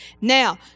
Now